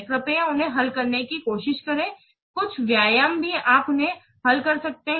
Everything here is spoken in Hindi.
कृपया उन्हें हल करने की कोशिश करें कुछ व्यायाम भी आप उन्हें हल कर सकते हैं